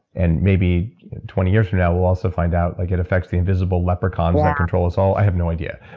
and maybe twenty years from now, we'll also find out like it affects the invisible leprechauns that control us all. i have no idea.